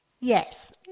Yes